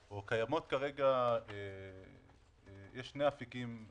יש לנו כמה הנחות יסוד לגבי עוסקים.